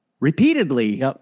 Repeatedly